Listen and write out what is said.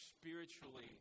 spiritually